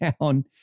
down